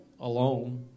alone